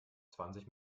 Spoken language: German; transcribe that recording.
zwanzig